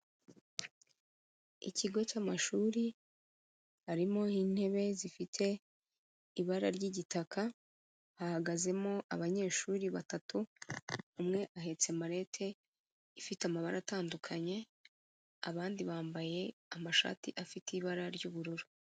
Ikigo cy'amashuri; harimo intebe zifite ibara ry'igitaka, hahagazemo abanyeshuri batatu umwe ahetse marete ifite amabara atandukanye, abandi bambaye amashati afite ibara ry'ubururu.